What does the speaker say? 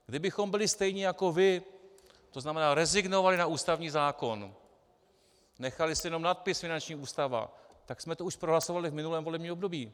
Kdybychom byli stejní jako vy, to znamená, rezignovali na ústavní zákon, nechali si jenom nadpis finanční ústava, tak jsme to už prohlasovali v minulém volebním období.